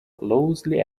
loosely